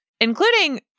including